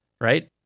right